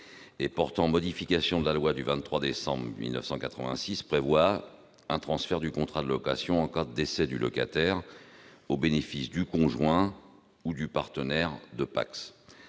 et portant modification de la loi du 23 décembre 1986 prévoit un transfert du contrat de location en cas de décès du locataire au bénéfice du conjoint ou du partenaire de PACS,